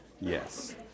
Yes